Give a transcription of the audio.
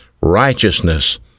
righteousness